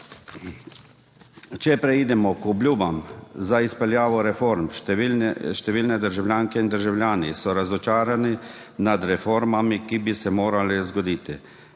Če preidemo k obljubam za izpeljavo reform. Številne državljanke in državljani so razočarani nad reformami, ki bi se morale zgoditi,